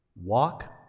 walk